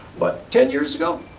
but ten years ago,